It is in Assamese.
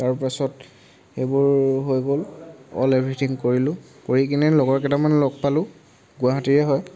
তাৰপাছত সেইবোৰ হৈ গ'ল অল এভৰিথিং কৰিলোঁ কৰি কিনে লগৰ কেইটামান লগ পালোঁ গুৱাহাটীৰে হয়